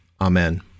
Amen